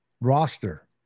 roster